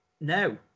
no